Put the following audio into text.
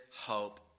hope